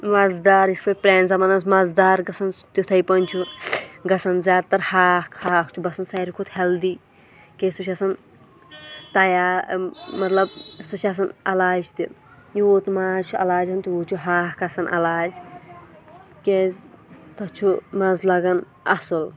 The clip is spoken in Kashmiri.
مَزٕدار یِتھ پٲٹھۍ پرانہِ زَمانہٕ اوس مَزٕدار گژھان تِتھے پٲٹھۍ چھُ گَژھان زیادٕ تَر ہاکھ ہاکھ چھُ باسان ساروٕے کھۄتہٕ ہیٚلدی کیازِ سُہ چھُ آسان تیار مطلب سُہ چھُ آسان علاج تہِ یوٗت نہٕ ماز چھُ علاج تیوٗت چھُ ہاکھ آسان علاج کیازِ تَتھ چھُ مَزٕ لَگان اصٕل